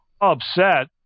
Upset